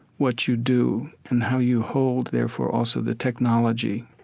what you do and how you hold, therefore, also the technology.